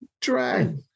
drag